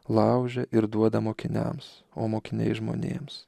laužia ir duoda mokiniams o mokiniai žmonėms